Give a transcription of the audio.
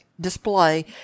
display